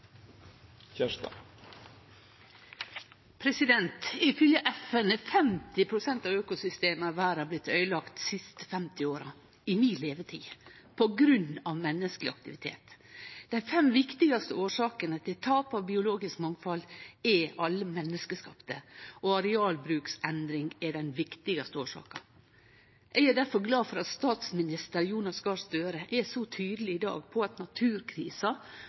FN er 50 pst. av økosystema i verda blitt øydelagde dei siste 50 åra, i mi levetid, på grunn av menneskeleg aktivitet. Dei fem viktigaste årsakene til tap av biologisk mangfald er alle menneskeskapte, og arealbruksendring er den viktigaste årsaka. Eg er difor glad for at statsminister Jonas Gahr Støre er så tydeleg i dag på at naturkrisa